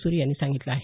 सुरे यांनी सांगितलं आहे